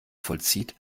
vollzieht